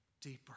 Deeper